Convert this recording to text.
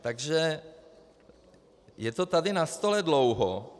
Takže je to tady na stole dlouho.